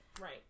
Right